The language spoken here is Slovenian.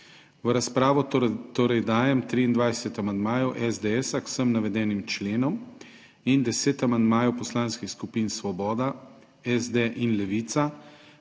V razpravo torej dajem 23 amandmajev SDS k vsem navedenim členom in 10 amandmajev poslanskih skupin Svoboda, SD in Levica